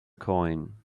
coin